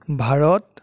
Bharat